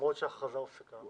למרות שההכרזה הופסקה?